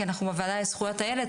כי אנחנו הוועדה לזכויות הילד,